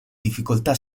difficoltà